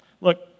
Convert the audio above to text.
Look